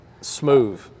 smooth